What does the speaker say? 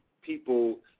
people